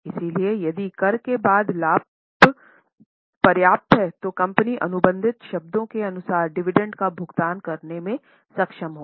इसलिए यदि कर के बाद लाभ पर्याप्त है तो कंपनी अनुबंधित शब्द के अनुसार डिविडेंड का भुगतान करने में सक्षम होगी